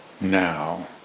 now